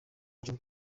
byo